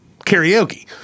karaoke